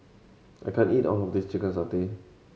I can't eat all of this chicken satay